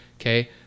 Okay